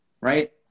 right